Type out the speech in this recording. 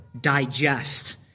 digest